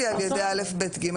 זה וזה,